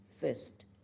first